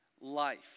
life